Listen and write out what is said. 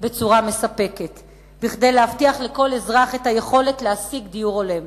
בצורה מספקת כדי להבטיח לכל אזרח את היכולת להשיג דיור הולם,